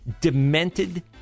demented